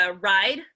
ride